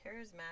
Charismatic